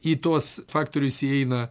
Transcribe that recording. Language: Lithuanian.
į tuos faktorius įeina